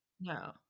No